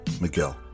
Miguel